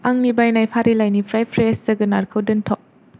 आंनि बायनाय फारिलाइनिफ्राय फ्रेश जोगोनारखौ दोनथ'